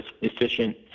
efficient